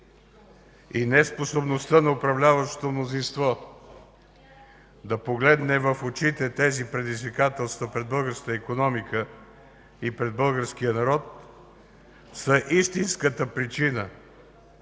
и неспособността на управляващото мнозинство да погледне в очите тези предизвикателства пред българската икономика и пред българския народ са истинската причина